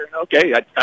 Okay